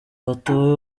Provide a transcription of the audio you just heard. batowe